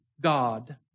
God